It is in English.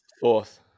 Fourth